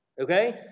Okay